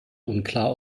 unklar